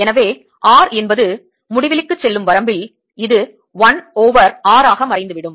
எனவே r என்பது முடிவிலிக்குச் செல்லும் வரம்பில் இது 1 ஓவர் r ஆக மறைந்துவிடும்